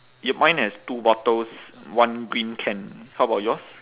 yup mine has two bottles one green can how about yours